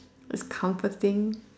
it's comforting